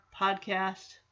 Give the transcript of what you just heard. Podcast